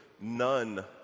none